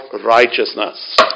righteousness